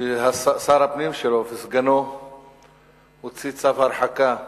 ששר הפנים שלו וסגנו הוציא צו הרחקה